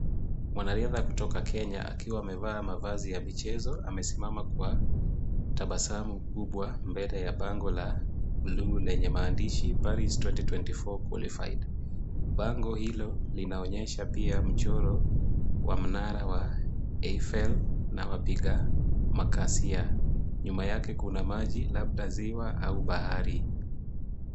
Mwanariadha kutoka Kenya akiwa amevaa mavazi ya michezo amesimama kwa tabasamu kubwa mbele ya bango la bluu lenye maandishi Parish 2024 qualified . Bango hilo linaonyesha pia mchoro wa mnara wa eiffel unawapiga makasia. Nyuma yake kuna maji, labda ziwa au bahari.